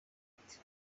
ati